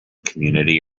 community